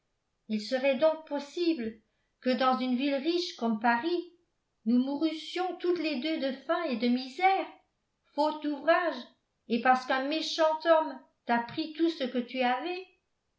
il serait donc possible que dans une ville riche comme paris nous mourussions toutes les deux de faim et de misère faute d'ouvrage et parce qu'un méchant homme t'a pris tout ce que tu avais